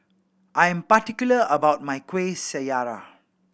I am particular about my Kuih Syara